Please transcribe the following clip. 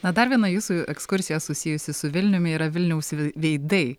na dar viena jūsų ekskursija susijusi su vilniumi yra vilniaus vi veidai